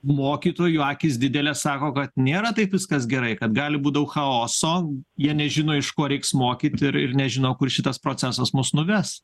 mokytojų akys didelės sako kad nėra taip viskas gerai kad gali būt daug chaoso jie nežino iš ko reiks mokyt ir nežino kur šitas procesas mus nuves